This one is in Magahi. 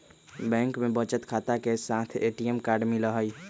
बैंक में बचत खाता के साथ ए.टी.एम कार्ड मिला हई